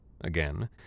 again